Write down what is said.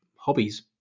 Hobbies